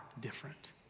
different